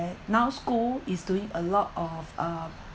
now school is doing a lot of uh